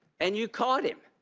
and you caught him.